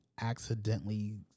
accidentally